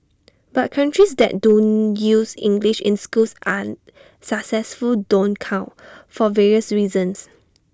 but countries that do use English in schools are successful don't count for various reasons